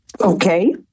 Okay